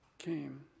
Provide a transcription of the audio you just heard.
came